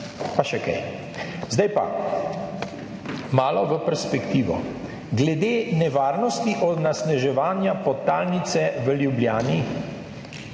še kaj. Zdaj pa, malo v perspektivo glede nevarnosti onesnaževanja podtalnice v Ljubljani.